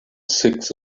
six